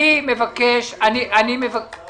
אם זה לא